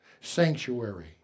sanctuary